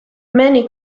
many